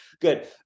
Good